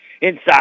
Inside